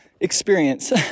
experience